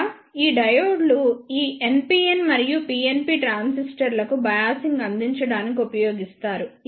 ఇక్కడ ఈ డయోడ్లు ఈ NPN మరియు PNP ట్రాన్సిస్టర్లకు బయాసింగ్ అందించడానికి ఉపయోగిస్తారు